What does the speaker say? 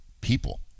people